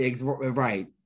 Right